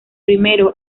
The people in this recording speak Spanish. primero